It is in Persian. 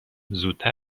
زودتر